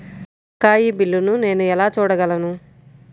బకాయి బిల్లును నేను ఎలా చూడగలను?